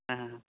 ᱦᱮᱸ